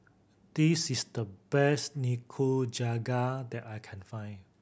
this is the best Nikujaga that I can find